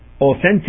authentic